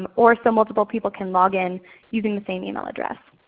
um or so multiple people can login using the same email address.